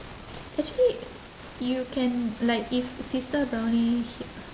actually you can like if sister brownie h~